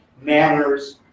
manners